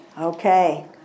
Okay